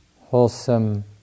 wholesome